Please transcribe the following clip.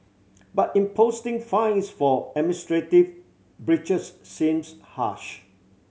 but imposing fines for administrative breaches seems harsh